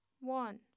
One